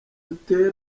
utere